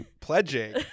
pledging